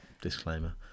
disclaimer